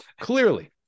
clearly